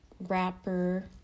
Wrapper